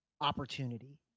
opportunity